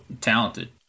talented